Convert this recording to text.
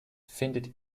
findet